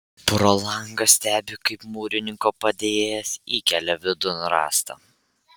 pro langą stebi kaip mūrininko padėjėjas įkelia vidun rąstą